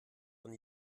von